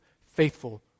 faithful